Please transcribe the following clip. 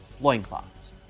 loincloths